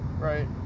Right